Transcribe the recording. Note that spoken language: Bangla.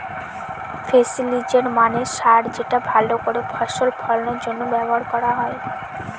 ফেস্টিলিজের মানে সার যেটা ভাল করে ফসল ফলানোর জন্য ব্যবহার করা হয়